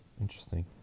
Interesting